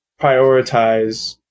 prioritize